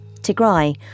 Tigray